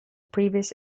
previous